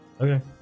Okay